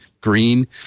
green